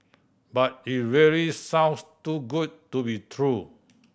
but it really sounds too good to be true